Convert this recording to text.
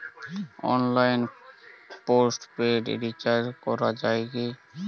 অনলাইনে postpaid recharge করা যায় কি?